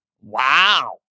Wow